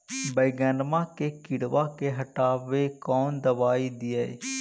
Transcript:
बैगनमा के किड़बा के हटाबे कौन दवाई दीए?